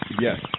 Yes